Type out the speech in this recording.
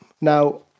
Now